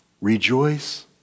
Rejoice